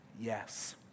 yes